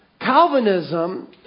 Calvinism